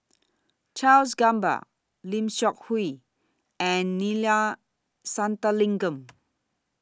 Charles Gamba Lim Seok Hui and Neila Sathyalingam